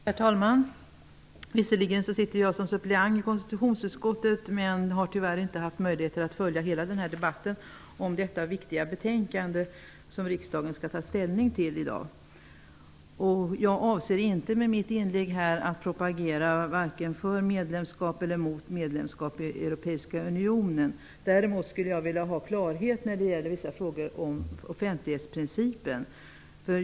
Herr talman! Visserligen är jag suppleant i konstitutionsutskottet, men jag har tyvärr inte haft möjligheter att följa hela den här debatten om detta viktiga betänkande som riksdagen skall ta ställning till i dag. Med mitt inlägg här i dag avser jag varken att propagera för eller emot medlemskap i Europeiska unionen. Däremot skulle jag vilja ha klarhet när det gäller vissa frågor om offentlighetsprincipen.